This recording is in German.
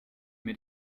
mit